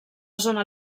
zona